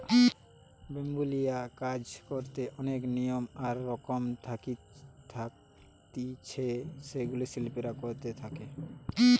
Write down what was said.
bamboo লিয়া কাজ করিতে অনেক নিয়ম আর রকম থাকতিছে যেগুলা শিল্পীরা করে থাকে